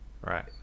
Right